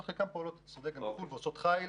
אבל חלקן פועלות גם בחו"ל ובהחלט עושות חיל.